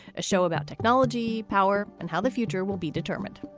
a show about technology, power and how the future will be determined.